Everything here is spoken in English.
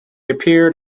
appeared